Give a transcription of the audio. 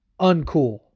uncool